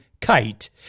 kite